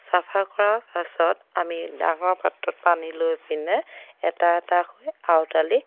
চাফা কৰাৰ পাছত আমি ডাঙৰ পাত্ৰত পানী লৈ পিনে এটা এটাকৈ আউডালি